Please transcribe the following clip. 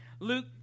Luke